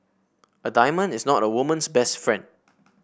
a diamond is not a woman's best friend